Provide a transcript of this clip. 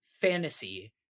fantasy